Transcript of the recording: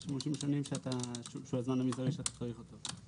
יש שימושים שהוא הזמן המזערי שאתה צריך אותו.